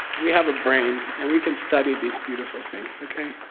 we have a brain, and we can study these beautiful things. okay?